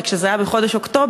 רק שזה היה בחודש אוקטובר,